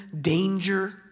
danger